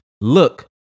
Look